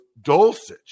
Dulcich